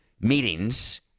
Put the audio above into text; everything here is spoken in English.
meetings